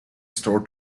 store